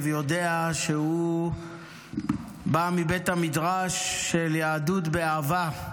יודע שהוא בא מבית המדרש של יהדות באהבה,